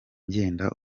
ngenda